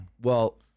Well-